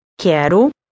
Quero